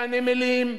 והנמלים,